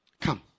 come